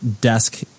desk